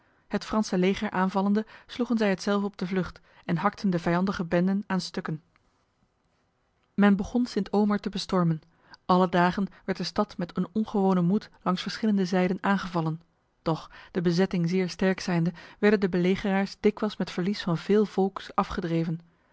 het franse leger aanvallende sloegen zij hetzelve op de vlucht en hakten de vijandige benden aan stukken men begon st omer te bestormen alle dagen werd de stad met een ongewone moed langs verschillende zijden aangevallen doch de bezetting zeer sterk zijnde werden de belegeraars dikwijls met verlies van veel volks afgedreven